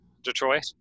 Detroit